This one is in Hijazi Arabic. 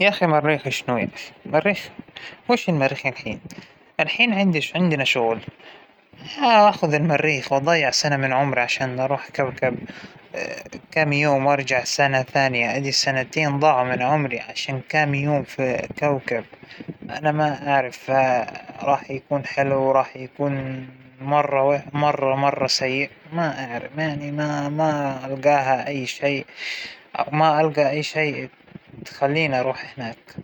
لأ ما كنت راح أطلع على المريخ، ما ابى أطلع على المريخ لا ما هو عجبنى كوكب الأرض، هون وسط أهلى وأصحابى قرايبى شغلى ، كل شى هون اش راح يعنى، اش بيكون موجود على المريخ زيادة مو موجود هون، يأخى حتى روح المغامرة موجود على كوكب الأرض، لمهو نطلع برا على كوكب الأرض خلينا جلسين محلنا.